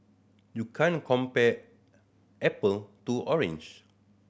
you can't compare apple to orange